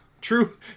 True